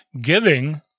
giving